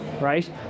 right